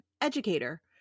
educator